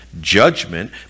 judgment